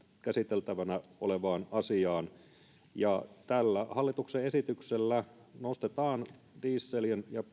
käsiteltävänä olevaan asiaan tällä hallituksen esityksellä nostetaan dieselin ja